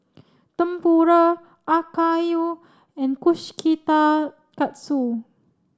Tempura Akayu and